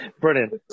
brilliant